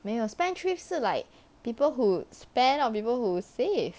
没有 spendthrift 是 like people who spend not people who save